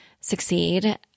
succeed